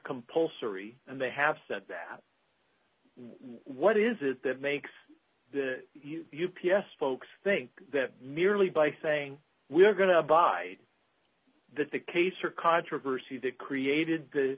compulsory and they have said that what is it that makes u p s folks think that merely by saying we're going to abide that the case or controversy that created